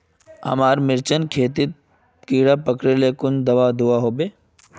हमार मिर्चन खेतोत कीड़ा पकरिले कुन दाबा दुआहोबे?